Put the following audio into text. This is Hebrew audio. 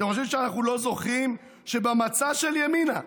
אתם חושבים שאנחנו לא זוכרים שבמצע של ימינה,